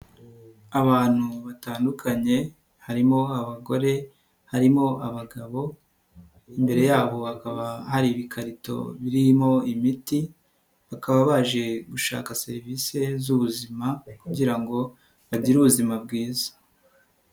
Abantu batandukanye harimo abagore, harimo abagabo, imbere yabo bakaba hari ibikarito birimo imiti bakaba baje gushaka serivise z'ubuzima kugira ngo bagire ubuzima bwiza.